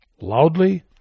loudly